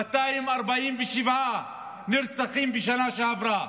247 נרצחים בשנה שעברה,